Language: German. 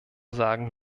sagen